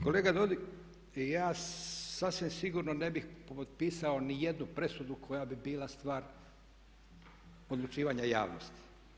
Kolega Dodig ja sasvim sigurno ne bih potpisao nijednu presudu koja bi bila stvar odlučivanja javnosti.